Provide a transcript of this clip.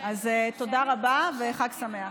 אז תודה רבה וחג שמח.